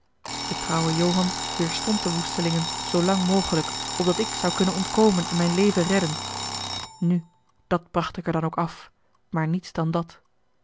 de trouwe johan weêrstond de woestelingen zoolang mogelijk opdat ik zou kunnen ontkomen en mijn leven redden n dat bracht ik er dan ook af maar niets dan dat